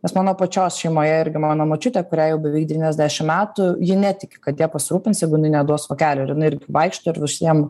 nes mano pačios šeimoje irgi mano močiutė kuriai jau beveik devyniasdešim metų ji netiki kad ja pasirūpins jeigu jinai neduos vokelio ir irgi vaikšto ir visiem